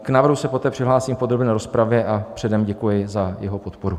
K návrhu se poté přihlásím v podrobné rozpravě a předem děkuji za jeho podporu.